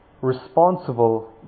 responsible